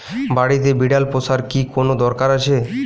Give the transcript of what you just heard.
বাড়িতে বিড়াল পোষার কি কোন দরকার আছে?